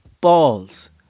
balls